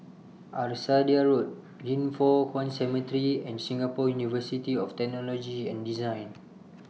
Arcadia Road Yin Foh Kuan Cemetery and Singapore University of Technology and Design